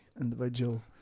individual